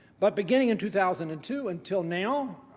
but beginning in two thousand and two until now,